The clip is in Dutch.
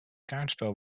kaartspel